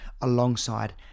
alongside